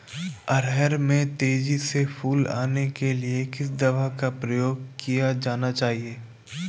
अरहर में तेजी से फूल आने के लिए किस दवा का प्रयोग किया जाना चाहिए?